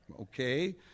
Okay